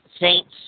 Saints